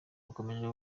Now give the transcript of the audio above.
rukomeje